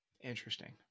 Interesting